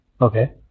Okay